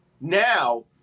Now